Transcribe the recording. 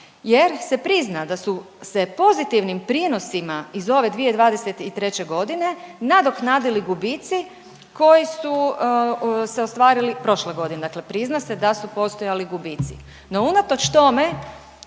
jer se prizna da su se pozitivnim prinosima iz ove 2023.g. nadoknadili gubici koji su se ostvarili prošle godine, dakle prizna se da su postojali gubici. No unatoč tome